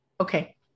Okay